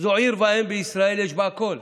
זו עיר בישראל, יש בה הכול: